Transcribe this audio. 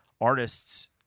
artists